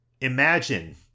imagine